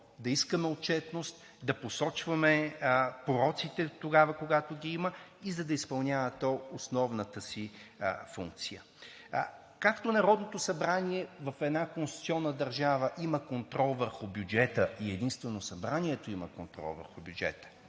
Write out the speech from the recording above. да искаме отчетност, да посочваме пороците тогава, когато ги има и за да изпълнява то основната си функция. Както Народното събрание в една конституционна държава има контрол върху бюджета, и единствено Събранието има контрол върху бюджета